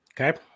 Okay